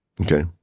Okay